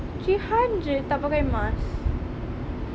three hundred tak pakai mask